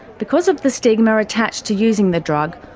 because of the stigma attached to using the drug,